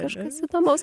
kažkas įdomaus